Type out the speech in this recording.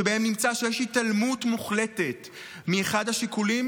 שבהם נמצא שיש התעלמות מוחלטת מאחד השיקולים